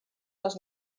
les